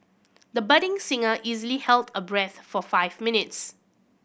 the budding singer easily held a breath for five minutes